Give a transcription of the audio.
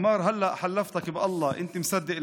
הוא אמר: (אומר דברים בערבית ומתרגם.)